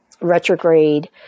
retrograde